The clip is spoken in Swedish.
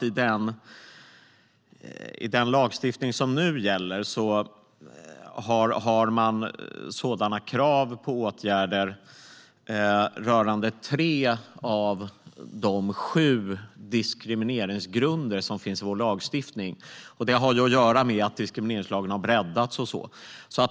I den lagstiftning som nu gäller finns det sådana krav på åtgärder för tre av de sju diskrimineringsgrunder som finns i vår lagstiftning. Det har att göra med att diskrimineringslagen har breddats.